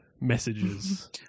messages